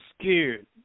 scared